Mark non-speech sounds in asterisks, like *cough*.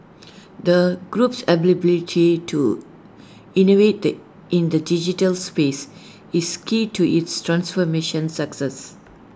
the group's *unintelligible* to innovate in the digital space is key to its transformation success